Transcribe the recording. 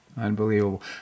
unbelievable